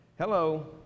hello